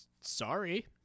sorry